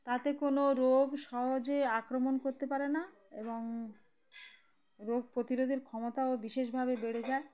তাতে কোনো রোগ সহজে আক্রমণ করতে পারে না এবং রোগ প্রতিরোধের ক্ষমতাও বিশেষভাবে বেড়ে যায়